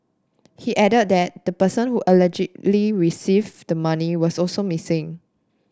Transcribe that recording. he added that the person who allegedly received the money was also missing